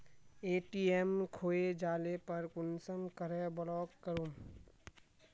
ATM खोये जाले पर कुंसम करे ब्लॉक करूम?